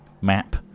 map